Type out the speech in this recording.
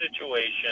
situation